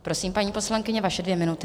Prosím, paní poslankyně, vaše dvě minuty.